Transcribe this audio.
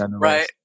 Right